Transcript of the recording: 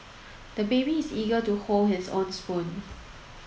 the baby is eager to hold his own spoon